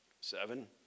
Seven